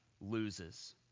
loses